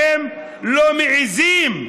אתם לא מעיזים.